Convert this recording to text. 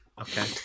okay